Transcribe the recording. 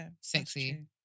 sexy